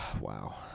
Wow